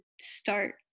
start